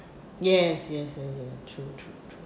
yes yes yes yes true true true